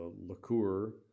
liqueur